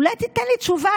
אולי תיתן לי תשובה.